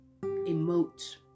emote